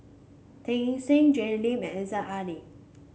Teo Eng Seng Jay Lim and Aziza Ali